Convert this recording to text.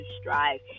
strive